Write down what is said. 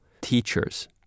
teachers